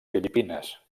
filipines